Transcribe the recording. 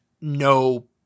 no